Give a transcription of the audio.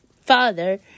father